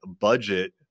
budget